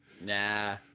Nah